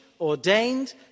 Ordained